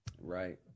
Right